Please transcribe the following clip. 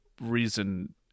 reason